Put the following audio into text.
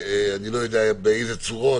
אני לא יודע באילו צורות,